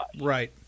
Right